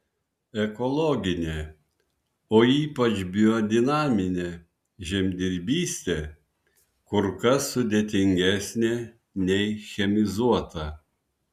ekologinė o ypač biodinaminė žemdirbystė kur kas sudėtingesnė nei chemizuota